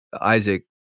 isaac